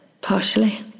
partially